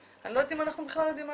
אני לא יודעת אם אנחנו בכלל יודעים מה